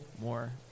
more